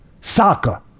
soccer